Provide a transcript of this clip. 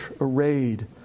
arrayed